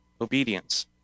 obedience